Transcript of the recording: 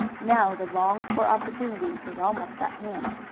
now the longed-for opportunity was almost at hand.